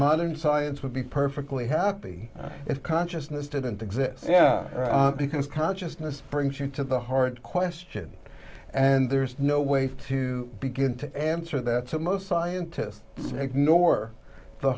modern science would be perfectly happy if consciousness didn't exist yeah because consciousness brings you to the heart question and there's no way to begin to answer that so most scientists ignore the